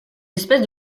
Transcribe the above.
espèces